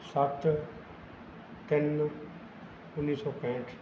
ਸੱਤ ਤਿੰਨ ਉੱਨੀ ਸੌ ਪੈਂਹਠ